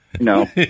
No